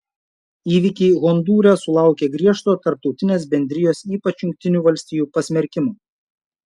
įvykiai hondūre sulaukė griežto tarptautinės bendrijos ypač jungtinių valstijų pasmerkimo